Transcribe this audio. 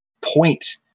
point